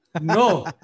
no